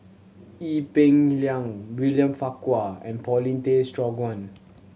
Ee Peng Liang William Farquhar and Paulin Tay Straughan